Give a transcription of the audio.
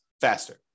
faster